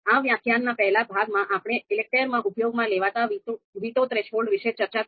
આ વ્યાખ્યાનના પહેલા ભાગમાં આપણે ELECTRE માં ઉપયોગમાં લેવાતા વીટો થ્રેશોલ્ડ વિશે ચર્ચા કરી